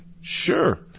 Sure